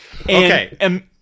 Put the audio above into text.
Okay